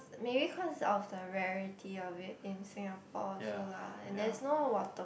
maybe because of the rarity of it in Singapore also lah and there's no water